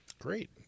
Great